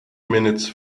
minutes